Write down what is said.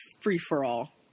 free-for-all